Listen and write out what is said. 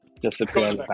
disappear